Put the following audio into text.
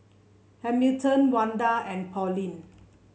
Hamilton Wanda and Pauline